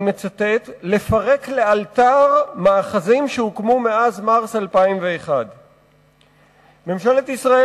אני מצטט: לפרק לאלתר מאחזים שהוקמו מאז מרס 2001. ממשלת ישראל